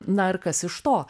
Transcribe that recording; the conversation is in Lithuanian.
na ir kas iš to